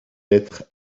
être